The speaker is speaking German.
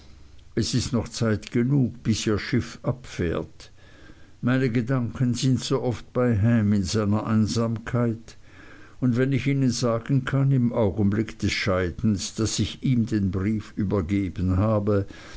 es ist noch zeit genug bis ihr schiff abfährt meine gedanken sind so oft bei ham in seiner einsamkeit und wenn ich ihnen sagen kann im augenblick des scheidens daß ich ihm den brief übergeben habe